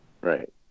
Right